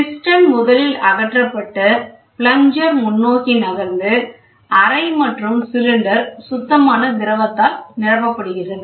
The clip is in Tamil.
பிஸ்டன் முதலில் அகற்றப்பட்டு பிளக்ஜர் முன்னோக்கி நகர்ந்து அறை மற்றும் சிலிண்டர் சுத்தமான திரவத்தால் நிரப்பப்படுகின்றது